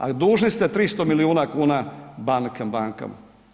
Ali, dužni ste 300 milijuna kuna bankama.